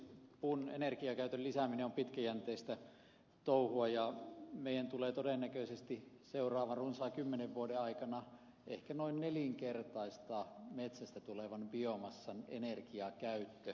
puun energiakäytön lisääminen on pitkäjänteistä touhua ja meidän tulee todennäköisesti seuraavan runsaan kymmenen vuoden aikana ehkä noin nelinkertaistaa metsästä tulevan biomassan energiakäyttö